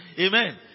Amen